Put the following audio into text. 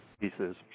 pieces